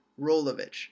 Rolovich